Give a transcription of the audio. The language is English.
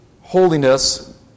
holiness